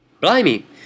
Blimey